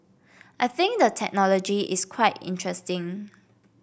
I think the technology is quite interesting